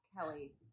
Kelly